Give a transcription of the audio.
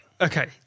okay